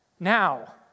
Now